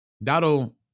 That'll